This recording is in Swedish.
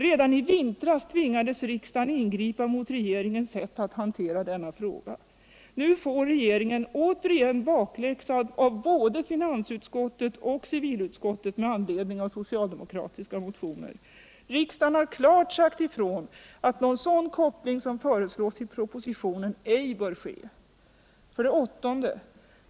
Redan i vintras tvingades riksdagen ingripa mot regeringens sätt att hantera denna fråga. Nu får regeringen återigen bakläxa av både finansutskottet och civilutskottet med anledning av socialdemokratiska motioner. Riksdagen har klart sagt ifrån att en sådan koppling som föreslås i propositionen ej bör ske. 8.